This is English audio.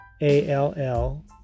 A-L-L